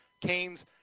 Canes